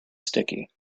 sticky